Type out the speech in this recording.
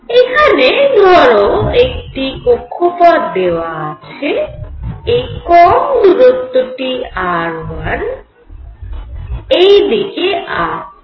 এখানে ধরো একটি কক্ষপথ দেওয়া আছে এই কম দূরত্বটি r1 আর এই দিকে r2